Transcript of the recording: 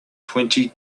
twenty